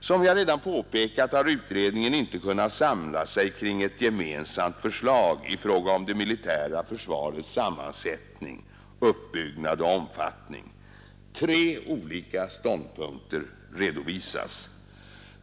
Som jag redan påpekat har utredningen inte kunnat samla sig kring ett gemensamt förslag i fråga om det militära försvarets sammansättning, uppbyggnad och omfattning. Tre olika ståndpunkter redovisas.